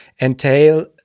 entail